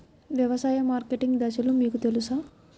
వ్యవసాయ మార్కెటింగ్ దశలు మీకు తెలుసా?